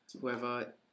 whoever